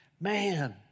man